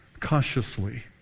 cautiously